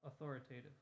authoritative